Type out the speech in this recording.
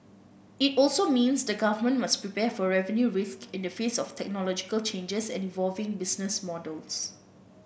it also means the government must prepare for revenue risks in the face of technological changes and evolving business models